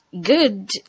good